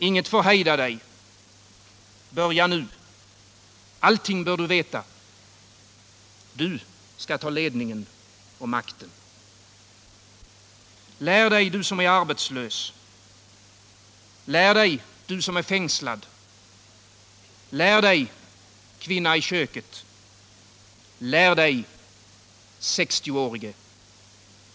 Inget får hejda dig, börja nu Allting bör du veta! Du skall ta ledningen och makten. Lär dig du som är arbetslös! Lär dig, du som är fängslad! Lär dig, kvinna i köket! Lär dig, sextioårige!